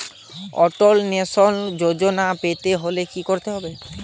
অটল pension Yojana পেতে হলে কি করতে হবে?